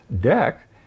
deck